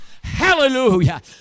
Hallelujah